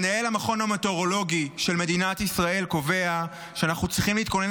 מנהל המכון המטאורולוגי של מדינת ישראל קובע שאנחנו צריכים להתכונן